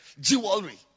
jewelry